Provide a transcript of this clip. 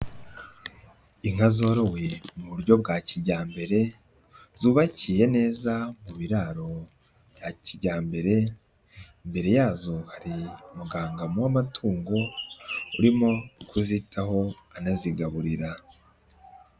Inka zorowe mu buryo bwa kijyambere, zubakiye neza mu biraro bya kijyambere, imbere yazo hari umuganga w'amatungo urimo kuzitaho anazigaburira.